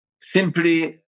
Simply